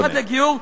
אדוני.